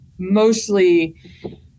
mostly